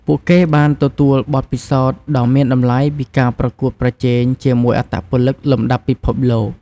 ពួកគេបានទទួលបទពិសោធន៍ដ៏មានតម្លៃពីការប្រកួតប្រជែងជាមួយអត្តពលិកលំដាប់ពិភពលោក។